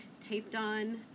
taped-on